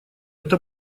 это